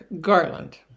Garland